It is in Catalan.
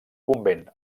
convent